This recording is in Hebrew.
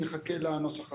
נחכה לנוסח הסופי.